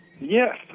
Yes